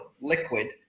liquid